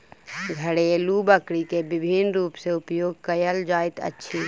घरेलु बकरी के विभिन्न रूप सॅ उपयोग कयल जाइत अछि